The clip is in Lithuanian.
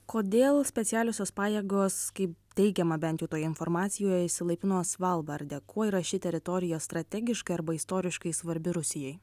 kodėl specialiosios pajėgos kaip teigiama bent jau toje informacijoje išsilaipino svalbarde kuo yra ši teritorija strategiškai arba istoriškai svarbi rusijai